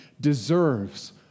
deserves